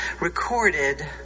recorded